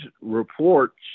reports